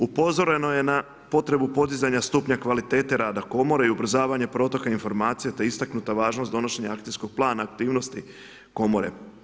Upozoreno je na potrebu podizanju stupnja kvalitete rada komore i ubrzavanje protoka informacija, te istaknuta važnost donošenja akcijskog plana aktivnosti komore.